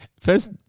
First